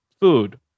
food